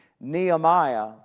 Nehemiah